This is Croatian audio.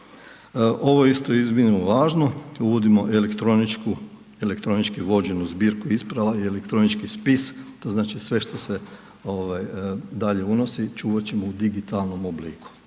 Ovo je isto iznimno važno, uvodimo elektronički vođenu zbirku isprava i elektronički spis, to znači sve što se dalje unosi, čuvat ćemo u digitalnog obliku,